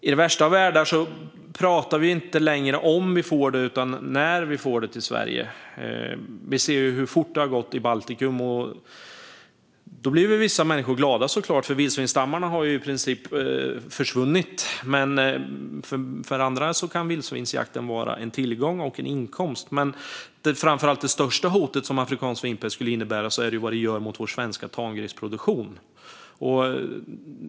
I den värsta av världar är frågan inte längre om vi får det utan när vi får det till Sverige. Vi ser hur fort det har gått i Baltikum. Då blir såklart vissa människor glada. Vildsvinsstammarna har ju i princip försvunnit. Men för andra kan vildsvinsjakten vara en tillgång och en inkomst. Det största hotet som afrikansk svinpest skulle innebära handlar dock om vad den gör mot vår svenska tamgrisproduktion.